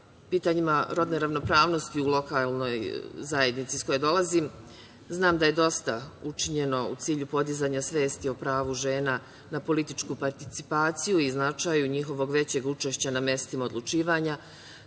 pitanjima rodne ravnopravnosti u lokalnoj zajednici iz koje dolazim, znam da je dosta učinjeno u cilju podizanja svesti o pravu žena na političku participaciju i značaju njihovog većeg učešća na mestima odlučivanja,